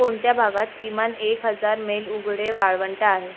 कोणत्या भागात किमान एक हजार मैल उघडे वाळवंट आहे